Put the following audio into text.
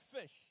fish